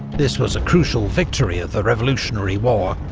this was a crucial victory of the revolutionary war,